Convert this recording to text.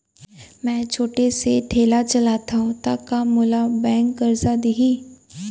मैं छोटे से ठेला चलाथव त का मोला बैंक करजा दिही?